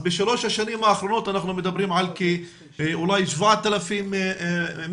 בשלוש השנים האחרונות אנחנו מדברים על כ-7,000 מבנים,